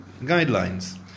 guidelines